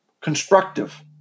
constructive